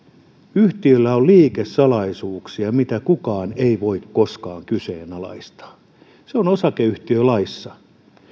yhtiöillä on liikesalaisuuksia mitä kukaan ei voi koskaan kyseenalaistaa se on osakeyhtiölaissa